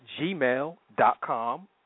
gmail.com